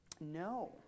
No